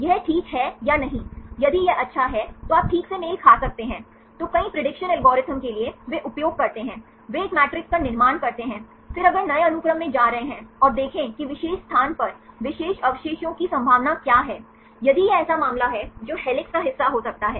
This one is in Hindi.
यह ठीक है या नहीं यदि यह अच्छा है तो आप ठीक से मेल खा सकते हैं तो कई प्रेडिक्शन एल्गोरिदम के लिए वे उपयोग करते हैं वे एक मैट्रिक्स का निर्माण करते हैं फिर अगर नए अनुक्रम में जा रहे हैं और देखें कि विशेष स्थान पर विशेष अवशेषों की संभावना क्या है यदि यह ऐसा मामला है जो हेलिक्स का हिस्सा हो सकता है